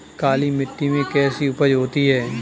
काली मिट्टी में कैसी उपज होती है?